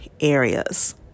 areas